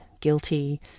guilty